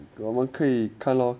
我们可以看 lor